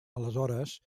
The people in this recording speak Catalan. aleshores